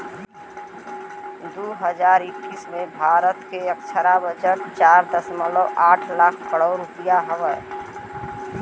दू हज़ार इक्कीस में भारत के रक्छा बजट चार दशमलव आठ लाख करोड़ रुपिया हउवे